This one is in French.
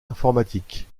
informatiques